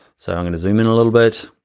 so i'm gonna zoom in a little bit,